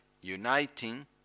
uniting